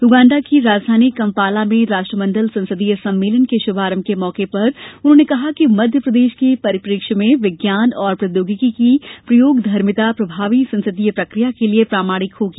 Uganda की राजधानी Kampala में राष्ट्रमंडल संसदीय सम्मेलन के शुभारंभ के मौके पर उन्होंने कहा है कि मध्यप्रदेश के परिप्रेक्ष्य में विज्ञान और प्रौद्योगिकी की प्रयोगधर्मिता प्रभावी संसदीय प्रक्रिया के लिए पारिणामिक होगी